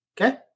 okay